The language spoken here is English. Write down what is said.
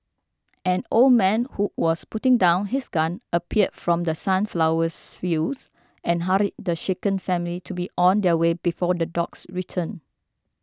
an old man who was putting down his gun appeared from The Sunflowers fields and hurried the shaken family to be on their way before the dogs return